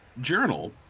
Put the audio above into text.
Journal